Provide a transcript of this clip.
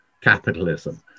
capitalism